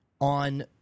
on